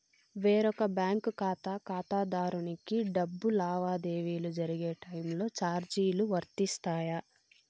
వేరొక బ్యాంకు ఖాతా ఖాతాదారునికి డబ్బు లావాదేవీలు జరిగే టైములో చార్జీలు వర్తిస్తాయా?